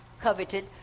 coveted